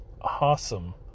awesome